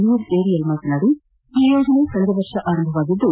ಮೀರ್ ಏರಿಯಲ್ ಮಾತನಾಡಿ ಈ ಯೋಜನೆ ಕಳೆದ ವರ್ಷ ಆರಂಭವಾಗಿದ್ದು